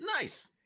Nice